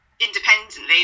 independently